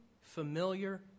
familiar